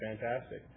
fantastic